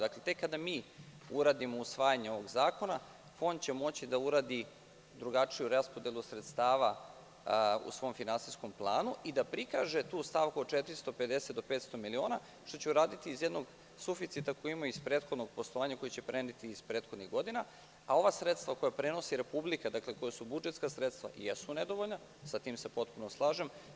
Dakle, tek kada mi uradimo usvajanje ovog zakona, Fond će moći da uradi drugačiju raspodelu sredstava u svom finansijskom planu i da prikaže tu stavku od 450 do 500 miliona, što će uraditi iz jednog suficita koji ima iz prethodnog poslovanja, koji će preneti iz prethodnih godina, a ova sredstva koja prenosi Republika, koja su budžetska sredstva, jesu nedovoljna i sa tim se potpuno slažem.